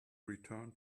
return